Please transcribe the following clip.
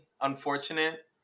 unfortunate